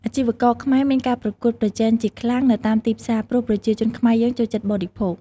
អាជីវករខ្មែរមានការប្រកួតប្រជែងជាខ្លាំងនៅតាមទីផ្សា ព្រោះប្រជាជនខ្មែរយើងចូលចិត្តបរិភោគ។